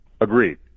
Agreed